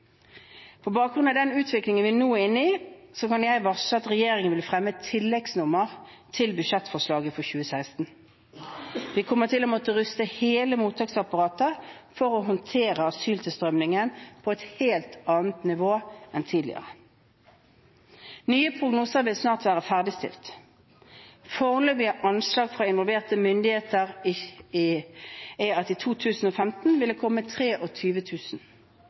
På bakgrunn av den utviklingen vi nå er inne i, kan jeg varsle at regjeringen vil fremme et tilleggsnummer til budsjettforslaget for 2016. Vi kommer til å måtte ruste hele mottaksapparatet for å håndtere asyltilstrømningen på et helt annet nivå enn tidligere. Nye prognoser vil snart være ferdigstilt. Foreløpige anslag fra involverte myndigheter er at i 2015 vil det komme